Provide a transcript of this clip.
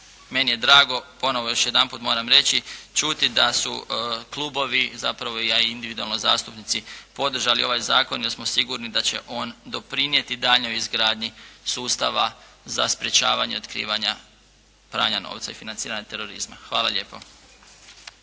meni je drago ponovo još jedanput moram reći, čuti da su klubovi zapravo a i individualno zastupnici podržali ovaj zakon jer smo sigurni da će on doprinijeti daljnjoj izgradnji sustava za sprječavanja i otkrivanja pranja novca i financiranja terorizma. Hvala lijepo.